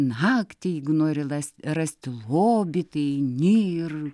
naktį jeigu nori last rasti lobį tai eini ir